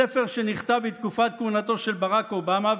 ספר שנכתב בתקופת כהונתו של ברק אובמה.